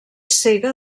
cega